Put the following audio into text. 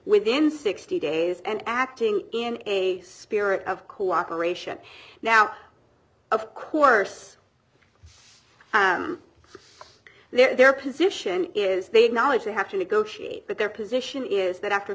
within sixty days and acting in a spirit of cooperation now of course their position is they acknowledge they have to negotiate but their position is that after